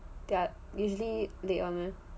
they are usually late [one] meh